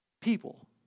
people